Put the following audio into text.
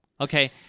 Okay